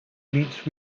meets